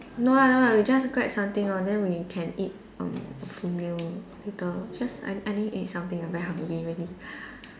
no ah no ah we just grab something lor then we can eat err full meal later just I I need to eat something I very hungry really